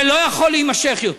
זה לא יכול להימשך יותר.